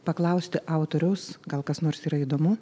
paklausti autoriaus gal kas nors yra įdomu